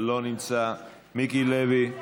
לא נמצא, מיקי לוי,